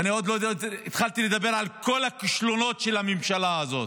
ואני עוד לא התחלתי לדבר על כל הכישלונות של הממשלה הזאת.